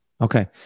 Okay